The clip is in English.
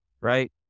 Right